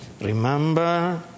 Remember